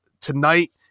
Tonight